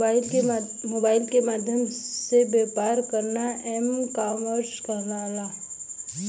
mobile के माध्यम से व्यापार करना एम कॉमर्स कहलाला